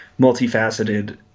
multifaceted